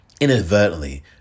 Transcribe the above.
inadvertently